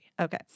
Okay